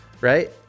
Right